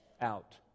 out